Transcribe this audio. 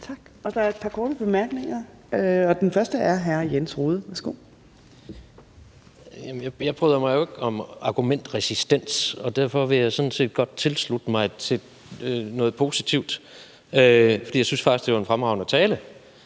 Tak. Der er et par korte bemærkninger. Den første er fra hr. Jens Rohde. Kl. 12:15 Jens Rohde (RV): Jeg bryder mig jo ikke om argumentresistens, og derfor vil jeg sådan set godt tilslutte mig noget positivt, for jeg synes faktisk, at det var en fremragende tale,